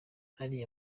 hari